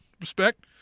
respect